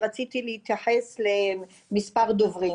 כי רציתי להתייחס למספר דוברים,